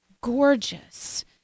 gorgeous